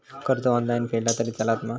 कर्ज ऑनलाइन फेडला तरी चलता मा?